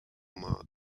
mart